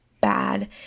bad